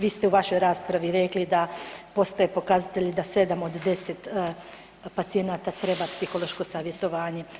Vi ste u vašoj raspravi rekli da postoje pokazatelji da 7 od 10 pacijenata treba psihološko savjetovanje.